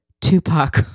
Tupac